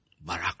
Barak